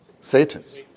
Satan's